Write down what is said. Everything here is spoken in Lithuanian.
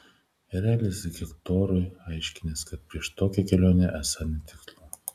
erelis hektorui aiškinęs kad prieš tokią kelionę esą netikslu